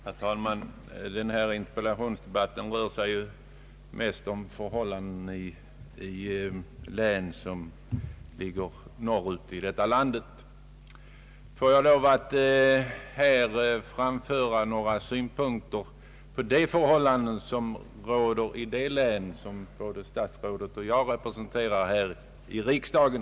Herr talman! Denna interpellationsdebatt rör sig ju mest om förhållandena i län som ligger norr ut i detta land. Får jag lov att här framföra några syn punkter beträffande de förhållanden som råder i Malmöhus län, som både statsrådet och jag representerar här i riksdagen.